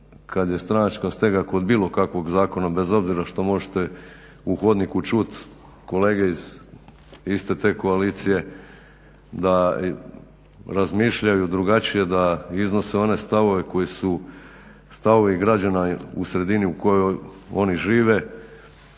kad je stranačka stega kod bilo kakvog zakona bez obzira što možete u hodniku čut kolege iz iste te koalicije da razmišljaju drugačije, da iznose one stavove koji su stavovi građana u sredini u kojoj oni žive